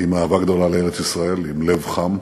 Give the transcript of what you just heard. עם אהבה גדולה לארץ-ישראל, עם לב חם,